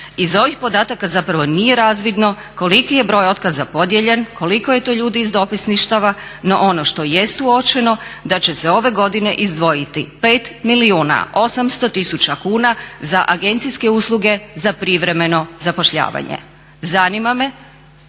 Iz ovih podataka zapravo nije razvidno koliki je broj otkaza podijeljen, koliko je to ljudi iz dopisništava. No, ono što jest uočeno da će se ove godine izdvojiti 5 milijuna 800 tisuća kuna za agencijske usluge za privremeno zapošljavanje. Zanima me